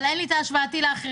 אבל אין לי את ההשוואה לאחרים.